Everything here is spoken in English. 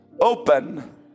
open